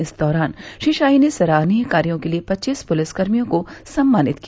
इस दौरान श्री शाही ने सराहनीय कार्यो के लिए पच्चीस पुलिस कर्मियों को सम्मानित किया